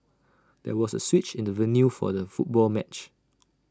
there was A switch in the venue for the football match